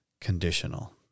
conditional